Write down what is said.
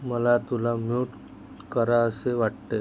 मला तुला म्युट करावेसे वाटते